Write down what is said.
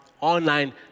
online